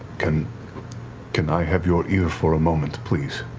can can i have your ear for a moment, please?